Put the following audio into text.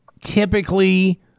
typically